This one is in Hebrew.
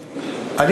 הבנתי.